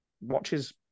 watches